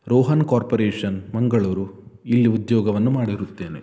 Rohan corporation Mangaluru ಇಲ್ಲಿ ಉದ್ಯೋಗವನ್ನು ಮಾಡಿರುತ್ತೇನೆ